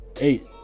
Eight